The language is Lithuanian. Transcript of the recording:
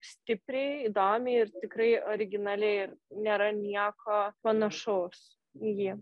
stipriai įdomiai ir tikrai originaliai ir nėra nieko panašaus į jį